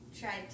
tried